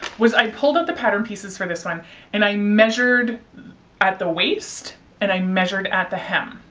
was i pulled up the pattern pieces for this one and i measured at the waist and i measured at the hem.